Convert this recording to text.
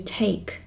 take